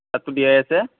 দিয়াই আছে